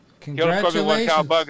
Congratulations